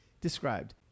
described